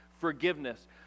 forgiveness